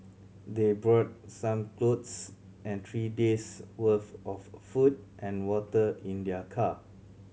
they brought some clothes and three days' worth of a food and water in their car